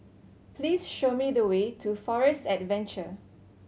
please show me the way to Forest Adventure